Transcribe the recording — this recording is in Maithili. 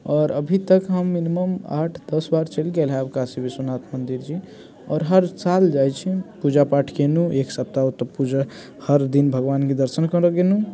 आओर अभी तक हम मिनिमम आठ दश बार चलि गेल होएब काशी विश्वनाथ मन्दिरजी आओर हर साल जाइत छी पूजापाठ कयलहुँ एक सप्ताह ओतऽ पूजा हर दिन भगवानकेँ दर्शन करऽ गेलहुँ